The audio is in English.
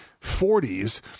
40s